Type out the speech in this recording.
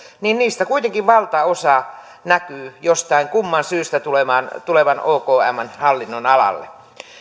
niin niistä kuitenkin valtaosa näkyy jostain kumman syystä tulevan tulevan okmn hallinnonalalle